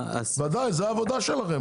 זו העבודה שלכם.